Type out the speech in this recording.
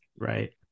Right